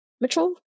Mitchell